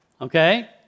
Okay